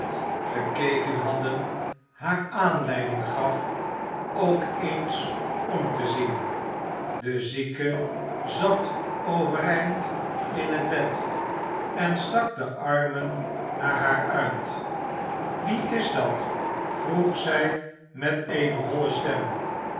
gekeken hadden haar aanleiding gaf ook eens om te zien de zieke zat overeind in het bed en stak de armen naar haar uit wie is dat vroeg zij met eene holle stem